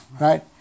Right